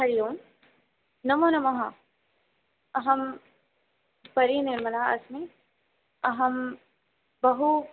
हरिओम् नमो नमः अहं परिनिर्मला अस्मि अहं बहु